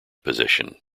position